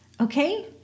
Okay